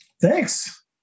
Thanks